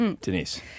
Denise